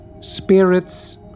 Spirits